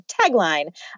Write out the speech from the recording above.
tagline